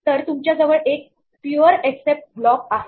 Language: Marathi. तर तुमच्याजवळ एक प्युर एक्सेप्ट ब्लॉक आहे